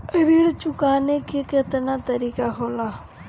ऋण चुकाने के केतना तरीका होला?